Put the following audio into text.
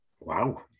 Wow